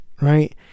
Right